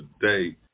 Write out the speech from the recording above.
today